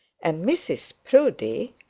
and mrs proudie,